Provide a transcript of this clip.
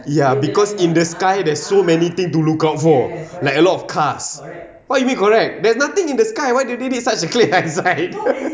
ya because in the sky there's so many thing to look out for like a lot of cars what you mean correct there's nothing in the sky what do they need such clear eyesight